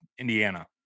indiana